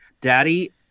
daddy